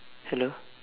hello